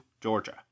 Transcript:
Georgia